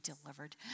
delivered